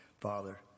father